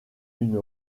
une